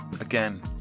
Again